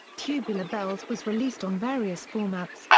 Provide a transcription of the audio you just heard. tubular bells was released on various formats,